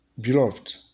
Beloved